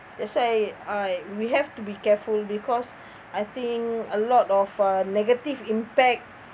that's why I we have to be careful because I think a lot of uh negative impact